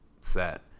set